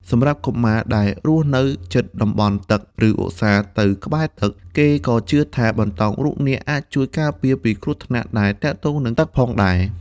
សម្រាប់កុមារដែលរស់នៅជិតតំបន់ទឹក ឬឧស្សាហ៍ទៅក្បែរទឹក គេក៏ជឿថាបន្តោងរូបនាគអាចជួយការពារពីគ្រោះថ្នាក់ដែលទាក់ទងនឹងទឹកផងដែរ។